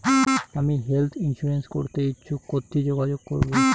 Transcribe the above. আমি health insurance করতে ইচ্ছুক কথসি যোগাযোগ করবো?